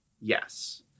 Yes